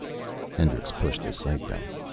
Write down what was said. hendricks pushed the sight back.